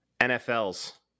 NFL's